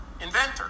inventor